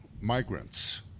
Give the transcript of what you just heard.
migrants